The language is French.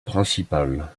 principal